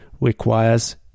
requires